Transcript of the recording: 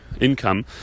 income